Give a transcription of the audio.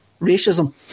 racism